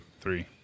Three